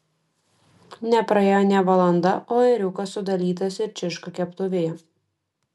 nepraėjo nė valanda o ėriukas sudalytas ir čirška keptuvėje